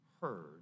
heard